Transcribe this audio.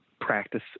practice